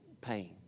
pain